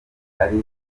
ari